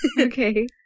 Okay